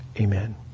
Amen